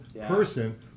person